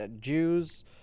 Jews